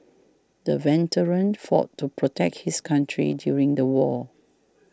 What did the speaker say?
the veteran fought to protect his country during the war